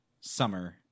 summer